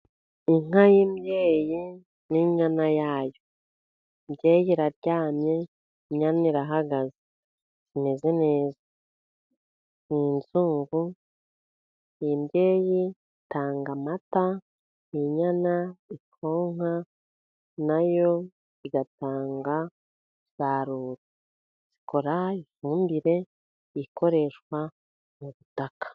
nka y'imbyeyi n'inyana yayo, imbyeyi iraryamye inyana irahagaze imeze neza ,ni inzungu, iyi mbyeyi itanga amata, iyi inyana ikonka na yo igatanga, umusaruro ikora ifumbire ikoreshwa mu butaka.